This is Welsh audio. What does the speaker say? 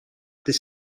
ddydd